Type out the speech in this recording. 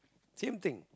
same thing